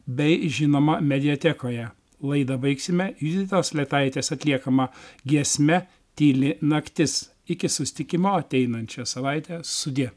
bei žinoma mediatekoje laidą baigsime juditos letaitės atliekama giesme tyli naktis iki susitikimo ateinančią savaitę sudie